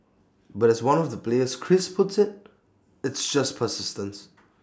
but as one of the players Chris puts IT it's just persistence